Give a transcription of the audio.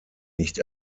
nicht